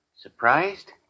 Surprised